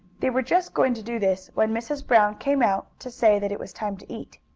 they were just going to do this when mrs. brown came out to say that it was time to eat.